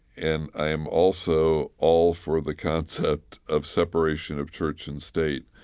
and i am also all for the concept of separation of church and state.